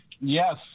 Yes